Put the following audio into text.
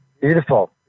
Beautiful